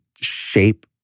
shape